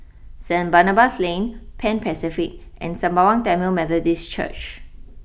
Saint Barnabas Lane Pan Pacific and Sembawang Tamil Methodist Church